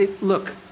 Look